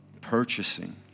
purchasing